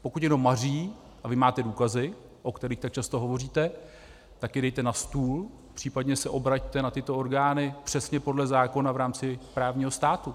Pokud je někdo maří, a vy máte důkazy, o kterých tak často hovoříte, tak je dejte na stůl, případně se obraťte na tyto orgány přesně podle zákona v rámci právního státu.